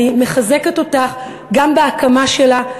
אני מחזקת אותך גם בהקמה שלה,